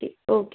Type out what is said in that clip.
ठीक ओके